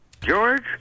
George